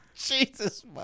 Jesus